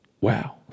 wow